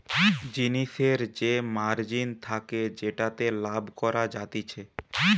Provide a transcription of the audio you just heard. জিনিসের যে মার্জিন থাকে যেটাতে লাভ করা যাতিছে